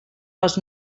les